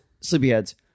sleepyheads